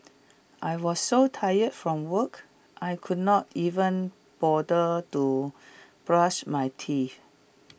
I was so tired from work I could not even bother to brush my teeth